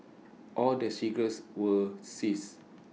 all the cigarettes were seized